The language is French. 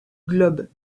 globes